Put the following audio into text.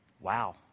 Wow